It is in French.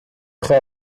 prêt